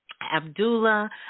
Abdullah